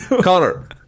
Connor